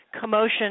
commotion